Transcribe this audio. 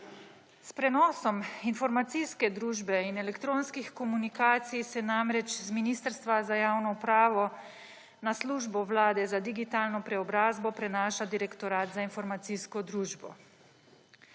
S prenosom informacijske družbe in elektronskih komunikacij se namreč z Ministrstva za javno upravo na Službo Vlade za digitalno preobrazbo prenaša Direktorat za informacijsko družbo.